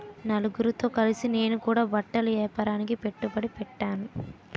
నలుగురితో కలిసి నేను కూడా బట్టల ఏపారానికి పెట్టుబడి పెట్టేను